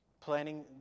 Planning